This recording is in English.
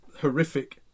horrific